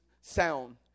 sound